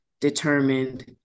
determined